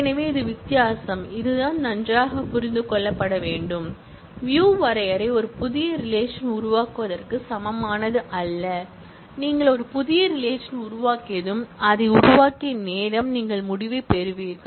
எனவே இது வித்தியாசம் இதுதான் நன்றாக புரிந்து கொள்ளப்பட வேண்டும் வியூ வரையறை ஒரு புதிய ரிலேஷன் உருவாக்குவதற்கு சமமானதல்ல நீங்கள் ஒரு புதிய ரிலேஷன் உருவாக்கியதும் அதை உருவாக்கிய நேரம் நீங்கள் முடிவைப் பெறுவீர்கள்